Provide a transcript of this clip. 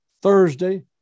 Thursday